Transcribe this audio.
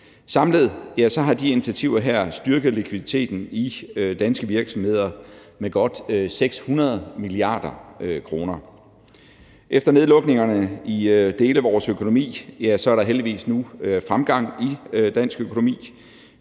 Samlet set har de her initiativer styrket likviditeten i danske virksomheder med godt 600 mia. kr. Efter nedlukningerne i dele af vores økonomi er der heldigvis nu fremgang i dansk økonomi.